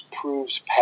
proves